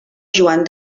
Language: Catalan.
joan